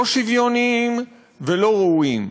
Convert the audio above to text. לא שוויוניים ולא ראויים.